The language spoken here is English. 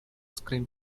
screen